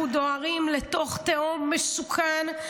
אנחנו דוהרים לתוך תהום מסוכנת,